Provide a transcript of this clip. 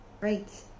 Right